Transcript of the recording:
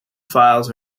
files